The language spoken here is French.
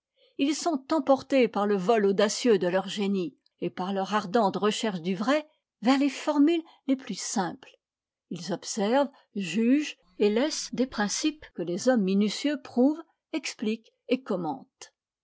ils sont emportés par le vol audacieux de leur génie et par leur ardente recherche du vrai vers les formules les plus simples ils observent jugent et laissent des principes que les hommes minutieux prouvent expliquent et commentent